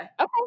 Okay